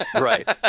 right